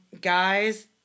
Guys